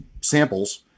samples